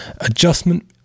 adjustment